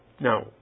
Now